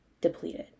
depleted